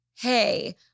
Hey